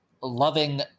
loving